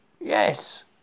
Yes